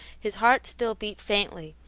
his heart still beat faintly,